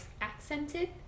accented